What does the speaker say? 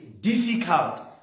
difficult